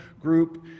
group